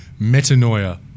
Metanoia